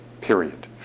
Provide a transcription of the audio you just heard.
period